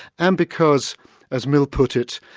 and because as mill put it,